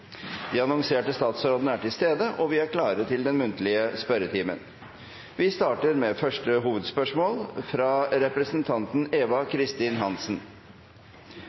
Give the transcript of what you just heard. De annonserte statsrådene er til stede, og vi er klare til å starte den muntlige spørretimen. Vi starter med første hovedspørsmål, fra representanten Eva Kristin Hansen.